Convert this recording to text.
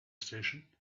station